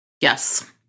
Yes